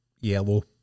yellow